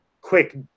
quick